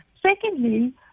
Secondly